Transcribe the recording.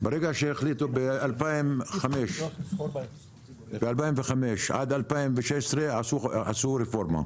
ברגע שהחליטו, ב-2005 עד 2016 עשו רפורמה.